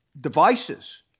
devices